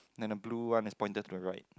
and the blue one is pointed to the right